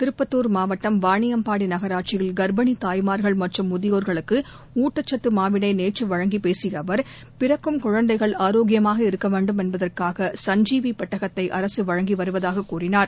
திருப்பத்தூர் மாவட்டம் வாணியம்பாடி நகராட்சியில் கர்ப்பிணித் தாய்மார்கள் மற்றும் முதியோர்களுக்கு ஊட்டச்சத்து மாவினை நேற்று வழங்கிப் பேசிய அவர் பிறக்கும் குழந்தைகள் ஆரோக்கியமாக இருக்க வேண்டும் என்பதற்காக சஞ்சீவி பெட்டகத்தை அரசு வழங்கி வருவதாக கூறினார்